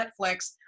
Netflix